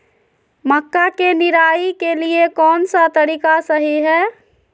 मक्का के निराई के लिए कौन सा तरीका सही है?